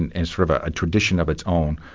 and and sort of a tradition of its own,